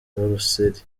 buruseli